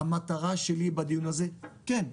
המטרה שלי בדיון הזה היא כן,